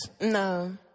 No